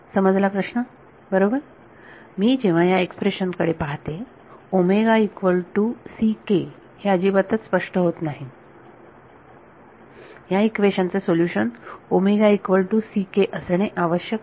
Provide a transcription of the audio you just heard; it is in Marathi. समजला प्रश्न बरोबर मी जेव्हा या एक्सप्रेशन कडे पाहते हे अजिबातच स्पष्ट होत नाही ह्या इक्वेशन चे सोल्युशन असणे आवश्यक नाही